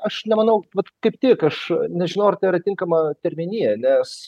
aš nemanau vat kaip tik aš nežinau ar tai yra tinkama terminija nes